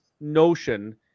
notion